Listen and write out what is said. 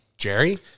Jerry